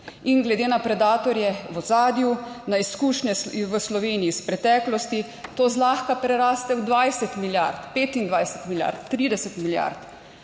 In glede na predatorje v ozadju, na izkušnje v Sloveniji iz preteklosti to zlahka preraste v 20 milijard, 25 milijard, 30 milijard.